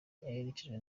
yoherejwe